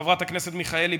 חברת הכנסת מיכאלי,